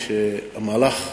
כשהמהלך התחיל,